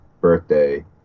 birthday